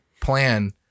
plan